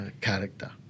character